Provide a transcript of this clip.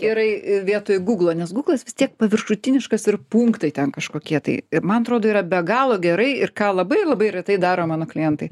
gerai vietoj gūglo nes gūglas vis tiek paviršutiniškas ir punktai ten kažkokie tai man atrodo yra be galo gerai ir ką labai labai retai daro mano klientai